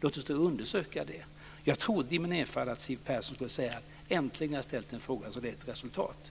Låt oss då undersöka det. Jag trodde i min enfald att Siw Persson skulle säga att hon äntligen hade ställt en fråga som har gett resultat.